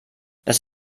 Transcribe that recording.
dass